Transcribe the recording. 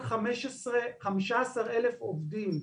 בתחילת דבריי דיברתי על חשיבות המיקום הגיאוגרפי של הענפים השונים,